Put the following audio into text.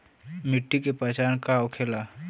मिट्टी के पहचान का होखे ला?